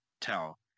tell